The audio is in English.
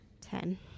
Ten